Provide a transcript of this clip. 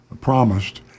promised